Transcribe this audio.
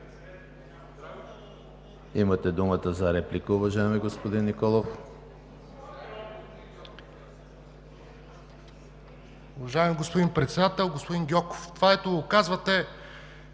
Имате думата за реплика, уважаеми господин Николов.